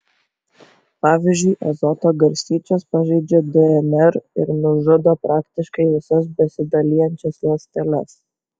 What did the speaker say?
pavyzdžiui azoto garstyčios pažeidžia dnr ir nužudo praktiškai visas besidalijančias ląsteles